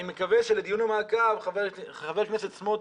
אני מקווה שלדיון המעקב חבר הכנסת סמוטריץ'